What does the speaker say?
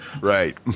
Right